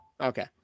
Okay